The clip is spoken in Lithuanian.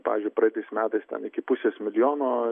pavyzdžiui praeitais metais ten iki pusės milijono